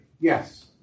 Yes